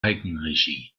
eigenregie